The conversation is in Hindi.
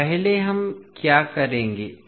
तो पहले हम क्या करेंगे